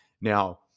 Now